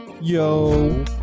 yo